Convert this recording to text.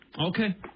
Okay